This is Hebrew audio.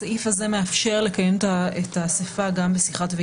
הסעיף הזה מאפשר לקיים את האסיפה גם בשיחת ועידה.